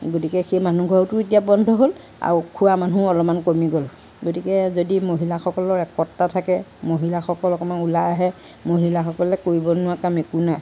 গতিকে সেই মানুহ ঘৰতো এতিয়া বন্ধ হ'ল আৰু খোৱা মানুহো অলমান কমি গ'ল গতিকে যদি মহিলাসকলৰ একতা থাকে মহিলাসকল অকণমান ওলাই আহে মহিলাসকলে কৰিব নোৱাৰা কাম একো নাই